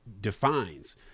defines